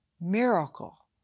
miracle